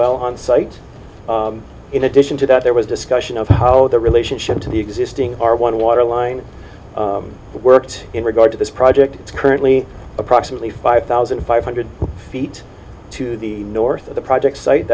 well on site in addition to that there was discussion of how the relationship to the existing r one water line worked in regard to this project is currently approximately five thousand five hundred feet to the north of the project site